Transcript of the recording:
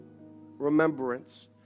remembrance